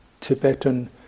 Tibetan